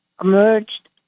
emerged